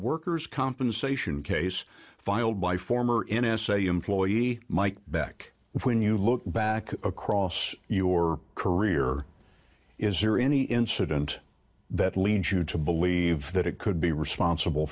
worker's compensation case filed by former n s a employee mike beck when you look back across your career is or any incident that leads you to believe that it could be responsible